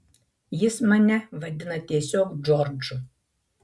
jis mane vadina tiesiog džordžu